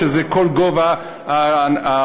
שזה כל גובה המע"מ.